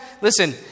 Listen